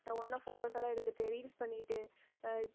நாங்கள் ஒன்றா ஃபோட்டோஸ்லாம் எடுத்துட்டு ரீல்ஸ் பண்ணிட்டு